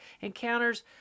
Encounters